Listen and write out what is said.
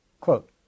quote